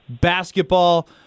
basketball